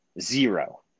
Zero